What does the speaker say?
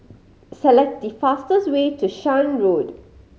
select the fastest way to Shan Road